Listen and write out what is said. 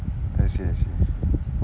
I see I see